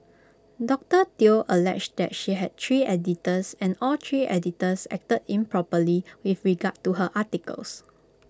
doctor Teo alleged that she had three editors and all three editors acted improperly with regard to her articles